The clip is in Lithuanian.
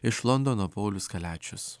iš londono paulius kaliačius